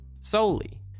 solely